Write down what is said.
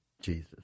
Jesus